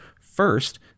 First